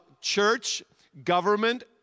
church-government